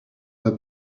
her